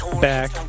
back